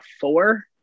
four